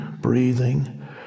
breathing